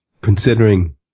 considering